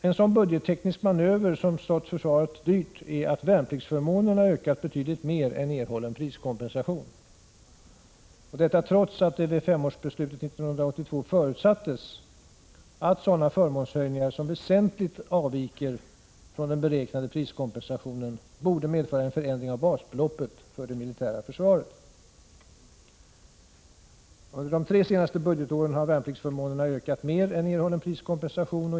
En budgetteknisk manöver som har stått försvaret dyrt är att värnpliktsförmånerna ökat betydligt mer än erhållen priskompensation, detta trots att det vid femårsbeslutet 1982 förutsattes att sådana förmånshöjningar som väsentligt avviker från den beräknade priskompensationen borde medföra en förändring av basbeloppet för det militära försvaret. Under de tre senaste budgetåren har värnpliktsförmånerna ökat mer än erhållen priskompensation.